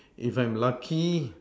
if I'm lucky